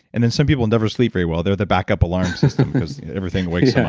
and then some people never sleep very well, they're the back-up alarm system because everything wakes yeah